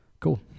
Cool